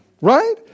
Right